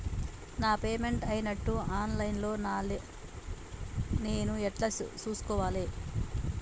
నా పేమెంట్ అయినట్టు online లా నేను ఎట్ల చూస్కోవాలే?